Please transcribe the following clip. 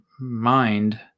mind